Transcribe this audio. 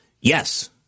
yes